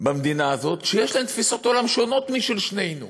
במדינה הזאת שיש להם תפיסות עולם שונות משל שנינו.